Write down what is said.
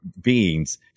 beings